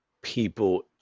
people